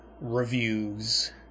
reviews